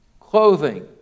clothing